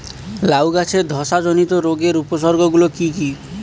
লাউ গাছের ধসা জনিত রোগের উপসর্গ গুলো কি কি?